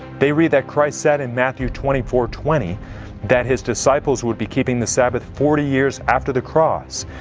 they read that christ said in matthew twenty four twenty that his disciples would be keeping the sabbath forty years after the cross.